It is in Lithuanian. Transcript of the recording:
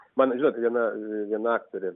man žinot viena viena aktorė